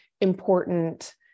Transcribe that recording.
important